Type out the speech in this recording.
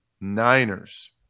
Niners